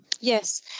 Yes